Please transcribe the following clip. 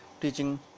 teaching